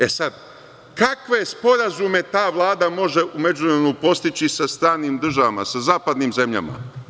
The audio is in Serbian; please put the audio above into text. E, sad kakve sporazume ta Vlada može u međuvremenu postići sa stranim državama, sa zapadnim zemljama.